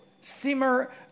simmer